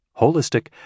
holistic